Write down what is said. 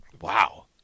Wow